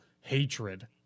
hatred